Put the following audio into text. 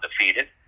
undefeated